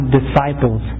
disciples